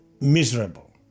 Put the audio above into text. miserable